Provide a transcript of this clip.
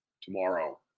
tomorrow